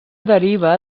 deriva